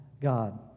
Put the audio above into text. God